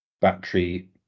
battery